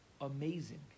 amazing